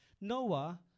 Noah